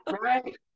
right